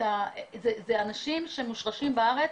זה אנשים שמושרשים בארץ,